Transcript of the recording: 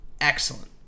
excellent